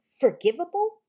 forgivable